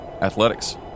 Athletics